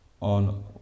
on